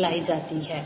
लायी जाती है